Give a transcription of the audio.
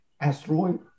asteroid